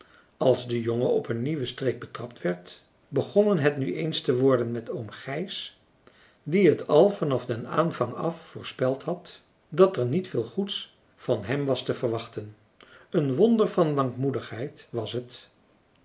als de jongen op een nieuwen streek betrapt werd begonnen het nu eens te worden met oom gijs die het al van den aanvang af voorspeld had dat er niet veel goeds van hem was te verwachten een wonder van lankmoedigheid was het